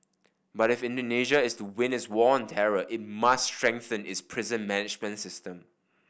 but if Indonesia is to win its war on terror it must strengthen its prison management system